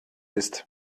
ist